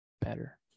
better